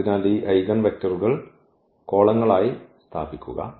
അതിനാൽ ഈ ഐഗൻവെക്ടറുകൾ കോളങ്ങളായി ഇവിടെ സ്ഥാപിക്കുക